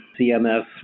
CMS